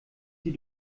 sie